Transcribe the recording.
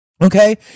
Okay